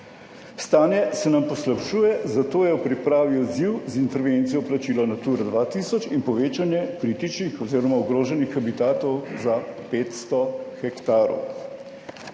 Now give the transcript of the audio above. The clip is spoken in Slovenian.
Stanje se nam poslabšuje, zato je v pripravi odziv z intervencijo plačila Naturo 2000 in povečanje kritičnih oziroma ogroženih habitatov za 500 hektarov.